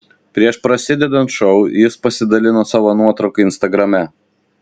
prieš prasidedant šou jis pasidalino savo nuotrauka instagrame